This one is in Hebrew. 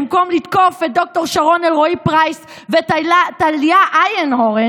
במקום לתקוף את ד"ר שרון אלרעי פרייס ואת טליה איינהורן,